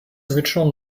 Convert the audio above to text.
original